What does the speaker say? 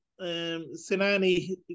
Sinani